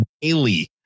daily